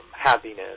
happiness